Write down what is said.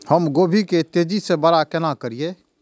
हम गोभी के तेजी से बड़ा केना करिए?